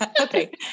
Okay